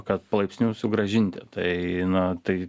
kad palaipsniui sugrąžinti tai na tai